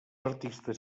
artistes